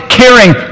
caring